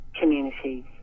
communities